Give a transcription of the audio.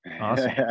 Awesome